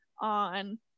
on